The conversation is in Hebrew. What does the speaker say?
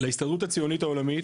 להסתדרות הציונית העולמית